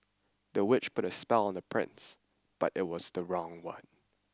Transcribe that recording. the witch put a spell on the prince but it was the wrong one